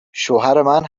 شوهرمن